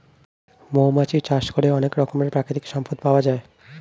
মৌমাছি চাষ করে অনেক রকমের প্রাকৃতিক সম্পদ পাওয়া যায়